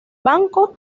banco